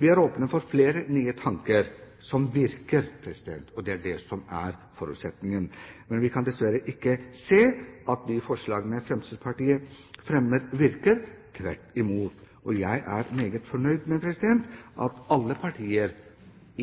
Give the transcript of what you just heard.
Vi er åpne for flere nye tanker som virker, og det er det som er forutsetningen. Men vi kan dessverre ikke se at de forslagene som Fremskrittspartiet fremmer, virker – tvert imot. Jeg er meget fornøyd med at alle partier